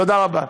תודה רבה.